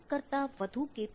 એક કરતાં વધુ કે